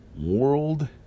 world